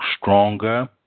stronger